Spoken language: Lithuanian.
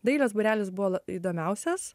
dailės būrelis buvo la įdomiausias